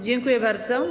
Dziękuję bardzo.